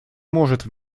может